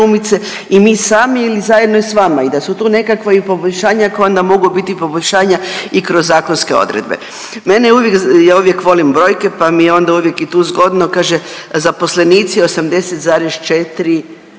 i mi sami ili zajedno i sa vama i da su tu nekakva i poboljšanja koja onda mogu biti poboljšanja i kroz zakonske odredbe. Meni je uvijek, ja uvijek volim brojke pa mi je onda uvijek i tu zgodno, kaže zaposlenici 80,4,